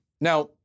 Now